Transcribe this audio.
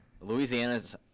Louisiana's